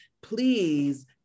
please